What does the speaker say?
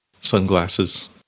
Sunglasses